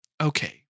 okay